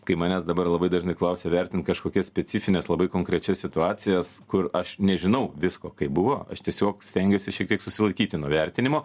kai manęs dabar labai dažnai klausia vertint kažkokias specifines labai konkrečias situacijas kur aš nežinau visko kaip buvo aš tiesiog stengiuosi šiek tiek susilaikyti nuo vertinimo